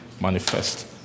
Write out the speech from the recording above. Manifest